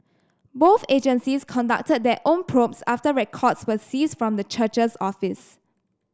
both agencies conducted their own probes after records were seized from the church's office